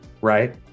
right